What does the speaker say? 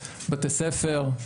בתי ספר,